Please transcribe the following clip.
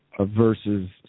versus